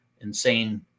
insane